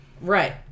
Right